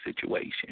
situation